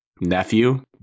nephew